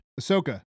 Ahsoka